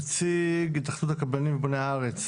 נציג התאחדות הקבלנים בוני הארץ.